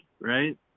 right